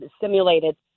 simulated